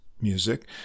music